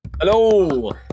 hello